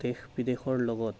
দেশ বিদেশৰ লগত